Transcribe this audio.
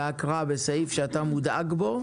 בהקראה, בסעיף שאתה מודאג בו